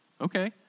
okay